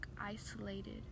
isolated